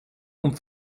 und